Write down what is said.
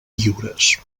lliures